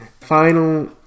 Final